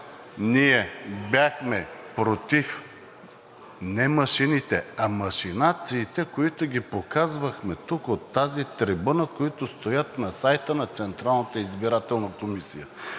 ние бяхме против не машините, а машинациите, които ги показвахме тук от тази трибуна, които стоят на сайта на Централната избирателна комисия.